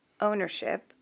ownership